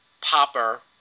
Popper